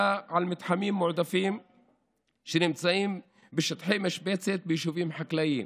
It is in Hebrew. על מתחמים מועדפים שנמצאים בשטחי משבצת ביישובים חקלאיים.